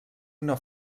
una